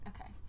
Okay